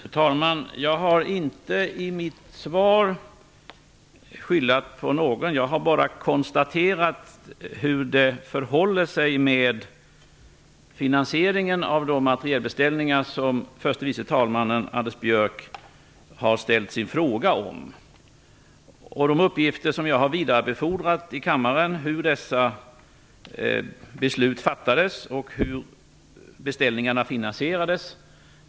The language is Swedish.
Fru talman! Jag har inte i mitt svar skyllt på någon. Jag har bara konstaterat hur det förhåller sig med finansieringen av de materielbeställningar som förste vice talman Anders Björck har ställt sin fråga om. Jag har vidarebefordrat i kammaren uppgifter om hur dessa beslut fattades och hur beställningarna finansierades.